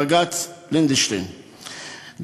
בג"ץ לנדשטיין,